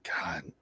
God